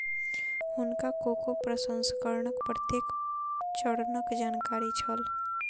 हुनका कोको प्रसंस्करणक प्रत्येक चरणक जानकारी छल